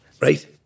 right